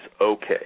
Okay